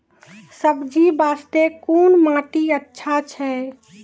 सब्जी बास्ते कोन माटी अचछा छै?